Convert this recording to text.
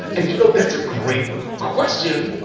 you know, that's a great question,